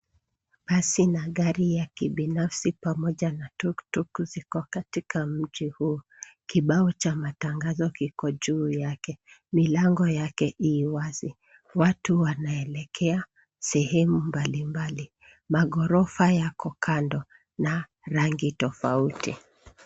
Basi na gari ya kibinafsi pamoja na tuktuk ziko katika mji huu. Kibao cha matangazo kiko juu yake. Milango yake ii wazi. Watu wanaelekea, sehemu mbalimbali. Maghorofa yako kando na, rangi tofauti.